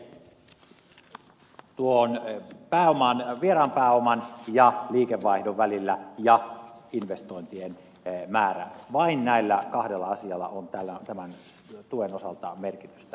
suhteella tuon vieraan pääoman ja liikevaihdon välillä ja investointien määrällä vain näillä kahdella asialla on tämän tuen osalta merkitystä